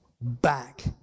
back